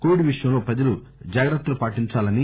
Covid విషయంలో ప్రజలు జాగ్రత్తలు పాటించాలని